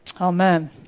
Amen